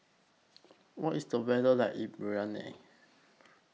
What IS The weather like in Bahrain